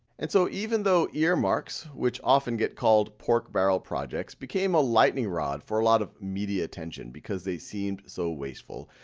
and so even though earmarks, which often get called pork barrel projects, became a lightning rod for a lot of media attention because they seemed so wasteful,